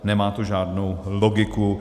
Nemá to žádnou logiku.